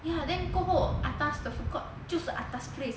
ya then 过后 atas 的 food court 就是 atas place